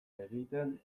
egiten